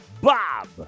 Bob